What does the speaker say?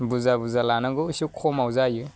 बुरजा बुरजा लानांगौ इसे खमाव जायो